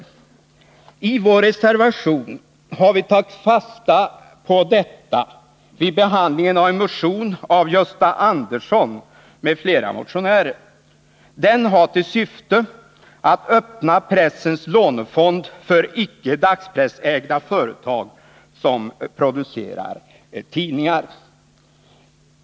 Vi har i vår reservation tagit fasta på detta i skrivningen i anslutning till en motion av Gösta Andersson m.fl. Motionen har till syfte att öppna pressens lånefond för icke dagspressägda företag som producerar tidningar.